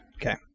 Okay